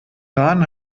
rahn